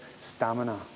stamina